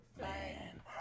Man